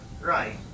Right